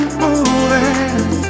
moving